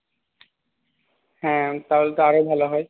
হ্যাঁ তাহলে তো আরও ভালো হয়